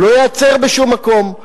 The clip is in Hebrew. הוא לא ייעצר בשום מקום,